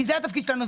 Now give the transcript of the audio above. כי זה התפקיד שלנו,